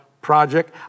project